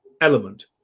element